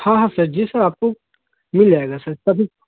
हाँ हाँ sir ji sir आपको मिल जाएगा सर सभी